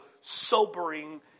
sobering